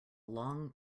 long